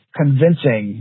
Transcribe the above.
convincing